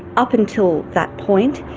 up until that point,